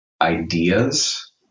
ideas